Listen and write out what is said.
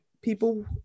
people